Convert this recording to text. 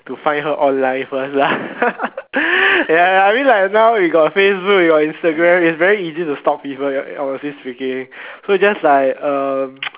to find her online first lah ya I mean now we got Facebook we got Instagram it's very easy to stalk people honestly so just like um